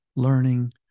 Learning